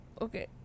okay